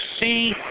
see